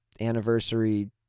anniversary